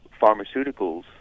pharmaceuticals